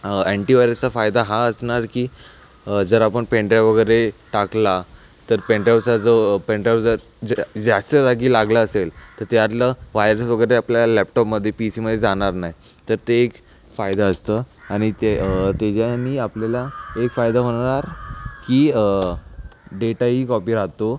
अँटिव्हायरसचा फायदा हा असणार की जर आपण पेन ड्राईव्ह वगैरे टाकला तर पेन ड्राईव्हचा जो पेन ड्राईव्ह जा जास्त जागी लागला असेल तर त्यातलं वायरस वगैरे आपल्या लॅपटॉपमध्ये पी सीमध्ये जाणार नाही तर ते एक फायदा असतो आणि ते त्याच्याने आपल्याला एक फायदा होणार की डेटाही कॉपी राहतो